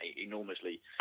enormously